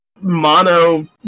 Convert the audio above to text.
Mono